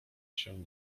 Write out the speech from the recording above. się